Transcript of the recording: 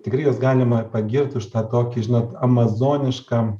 tikrai juos galima pagirt už tą tokį žinot amazonišką